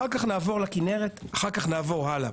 אחר כך נעבור לכינרת ונעבור הלאה.